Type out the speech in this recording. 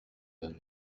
than